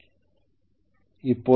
32 ஏதாவது 0